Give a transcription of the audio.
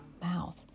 mouth